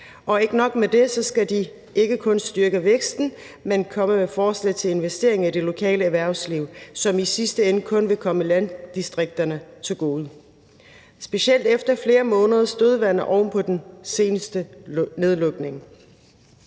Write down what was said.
og ikke nok med, at de skal styrke væksten, de skal også komme med forslag til investeringer i det lokale erhvervsliv, som i sidste ende kun vil komme landdistrikterne til gode, specielt efter flere måneders dødvande oven på den seneste nedlukning.